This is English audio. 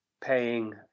paying